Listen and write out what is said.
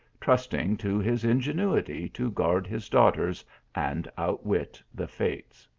trusting to his ingenuity to guard his daughters and outwit the fates.